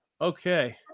okay